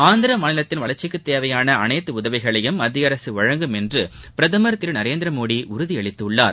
ஆந்திரமாநிலத்தின் வளர்ச்சிக்குதேவையானஅனைத்துஉதவிகளையும் மத்தியஅரசுவழங்கும் என்றபிரதமர் திருநரேந்திரமோடிஉறுதியளித்துள்ளார்